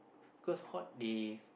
cause hot they